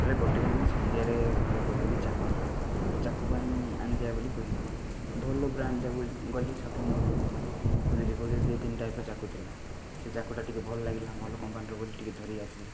ବୋଇଲେ ଗୋଟେ ଦିନ ସନ୍ଧ୍ୟାରେ ଘରେ କହିଲେ ଯେ ଚାକୁ ନାହିଁ ଚାକୁ ପାଇଁ ଆଣି ଯା ବୋଲି କହିଲେ ଭଲ ବ୍ରାଣ୍ଡ୍ ଚାକୁ ଗଲି ସପିଙ୍ଗ୍ ମଲ୍ ଖୋଜିଲି ଯେ ତିନି ଟାଇପ୍ର ଚାକୁ ଥିଲା ସେ ଚାକୁଟା ଟିକିଏ ଭଲ ଲାଗିଲା ଭଲ କମ୍ପାନୀର ବୋଲି ଟିକିଏ ଧରି ଆସିଲି